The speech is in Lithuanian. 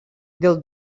dėl